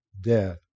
death